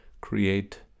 create